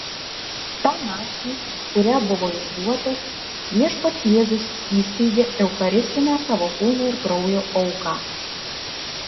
tą naktį kurią buvo išduotas viešpats jėzus įsteigė eucharistinę savo kūno ir kraujo auką